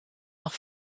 noch